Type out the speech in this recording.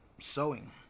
sewing